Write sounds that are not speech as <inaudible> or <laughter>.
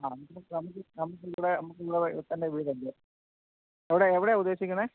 ആ നമുക്കിവിടെ നമുക്കിവിടെ തന്നെ ഇവിടെ <unintelligible> ഇവിടെ എവിടെയാ ഉദ്ദേശിക്കുന്നത്